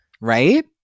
Right